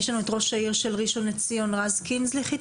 יש לנו את ראש העיר ראשון לציון רז קינסטליך?